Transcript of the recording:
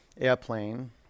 airplane